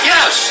Yes